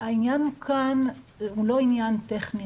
העניין כאן לא עניין רק טכני.